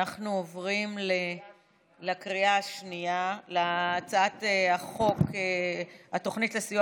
אנחנו עוברים להצבעה על הצעת החוק התוכנית לסיוע